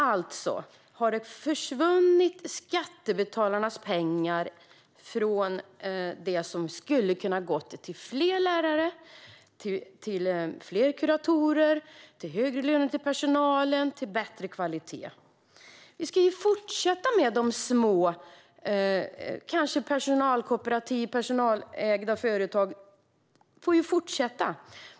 Alltså har skattebetalarnas pengar försvunnit i stället för att gå till fler lärare, fler kuratorer, högre löner till personalen och bättre kvalitet. De små företagen, kanske personalkooperativ eller personalägda företag, får fortsätta.